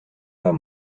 pas